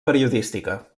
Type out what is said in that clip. periodística